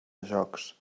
jocs